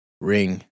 ring